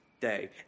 day